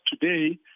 today